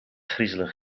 griezelig